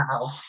Wow